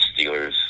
Steelers